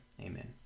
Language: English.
Amen